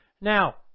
Now